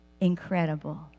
Incredible